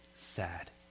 Sad